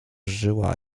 żyła